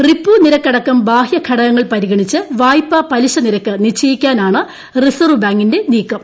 repo നിരക്ക് അടക്കം ബാഹൃഘടകങ്ങൾ പരിഗണിച്ച് വായ്പാ പലിശ നിരക്ക് നിശ്ചയിക്കാനാണ് റിസർവ് ബാങ്കിന്റെ നീക്കം